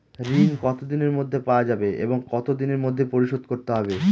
ঋণ কতদিনের মধ্যে পাওয়া যাবে এবং কত দিনের মধ্যে পরিশোধ করতে হবে?